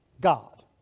God